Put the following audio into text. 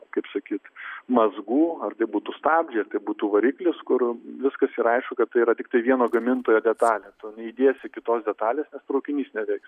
kaip sakyti mazgų ar tai būtų stabdžiai ar tai būtų variklis kur viskas yra aišku kad tai yra tiktai vieno gamintojo detalė tu neįdėsi kitos detalės nes traukinys neveiks